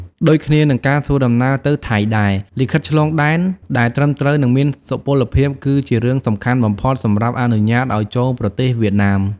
ដូចគ្នានឹងការធ្វើដំណើរទៅថៃដែរ លិខិតឆ្លងដែនដែលត្រឹមត្រូវនិងមានសុពលភាពគឺជារឿងសំខាន់បំផុតសម្រាប់អនុញ្ញាតឱ្យចូលប្រទេសវៀតណាម។